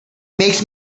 makes